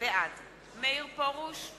בעד מאיר פרוש,